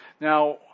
Now